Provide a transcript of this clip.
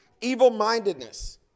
evil-mindedness